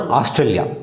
Australia